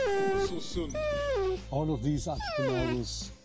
olsosund all of these archipelagos